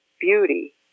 beauty